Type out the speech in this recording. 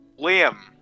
Liam